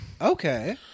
Okay